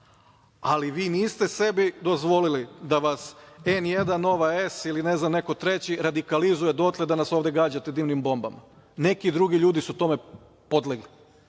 ali vi niste sebi dozvolili da vas N1, „Nova S“ ili neko treći radikalizuje dotle da nas ovde gađate dimnim bombama. Neki drugi ljudi su tome podlegli